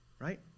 Right